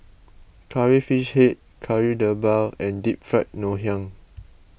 Curry Fish Head Kari Debal and Deep Fried Ngoh Hiang